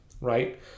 right